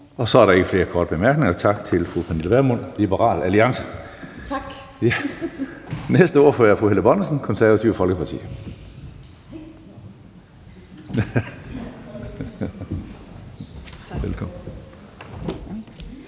Så er der ikke flere korte bemærkninger. Tak til fru Pernille Vermund, Liberal Alliance. Næste ordfører er fru Helle Bonnesen, Det Konservative Folkeparti.